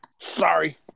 Sorry